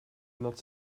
not